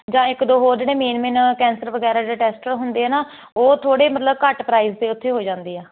ਜਾਂ ਇੱਕ ਦੋ ਹੋਰ ਜਿਹੜੇ ਮੇਨ ਮੇਨ ਕੈਂਸਰ ਵਗੈਰਾ ਦੇ ਟੈਸਟ ਹੁੰਦੇ ਆ ਨਾ ਉਹ ਥੋੜੇ ਮਤਲਬ ਘੱਟ ਪ੍ਰਾਈਜ ਤੇ ਉਥੇ ਹੋ ਜਾਂਦੇ ਆ